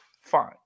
fine